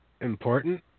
important